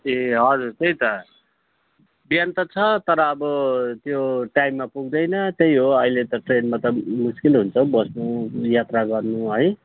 ए हजुर त्यही त बिहान त छ तर अब त्यो टाइममा पुग्दैन त्यही हो अहिले त ट्रेनमा त मुस्किल हुन्छौ बस्नु यात्रा गर्नु है